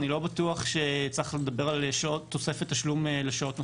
אני לא בטוח שצריך לדבר על תוספת תשלום לשעות נוספות.